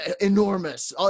Enormous